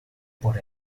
por